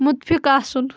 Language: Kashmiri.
مُتفِق آسُن